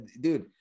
Dude